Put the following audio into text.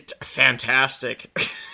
Fantastic